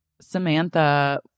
Samantha